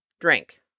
drink